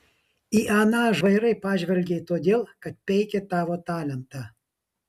į aną žvairai pažvelgei todėl kad peikė tavo talentą